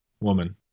woman